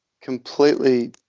completely